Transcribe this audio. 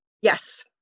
Yes